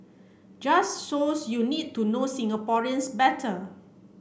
just shows you need to know Singaporeans better